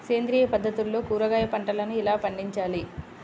సేంద్రియ పద్ధతుల్లో కూరగాయ పంటలను ఎలా పండించాలి?